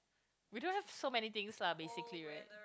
we don't have so many things lah basically